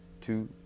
two